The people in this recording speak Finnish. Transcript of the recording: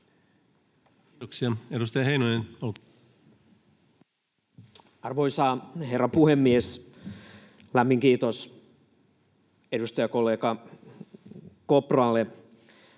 Kiitoksia. — Edustaja Heinonen, olkaa hyvä. Arvoisa herra puhemies! Lämmin kiitos edustajakollega Kopralle